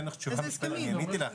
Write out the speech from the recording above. עניתי לך.